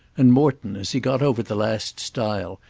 and morton, as he got over the last stile,